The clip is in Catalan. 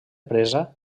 presa